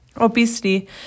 Obesity